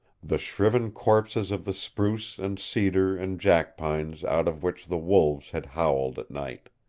the shriven corpses of the spruce and cedar and jackpines out of which the wolves had howled at night.